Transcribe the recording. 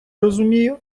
розумію